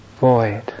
void